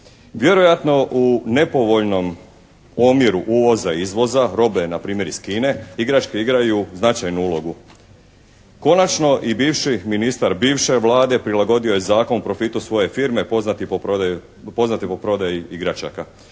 Vjerojatno u nepovoljnom omjeru uvoza, izvoza, robe na primjer iz Kine igračke igraju značajnu ulogu. Konačno, i bivši ministar bivše Vlade prilagodio je zakon profitu svoje firme poznati po prodaji igračaka.